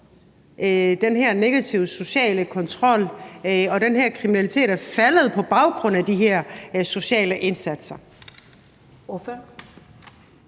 den her negative sociale kontrol og den her kriminalitet er faldet på baggrund af de her sociale indsatser.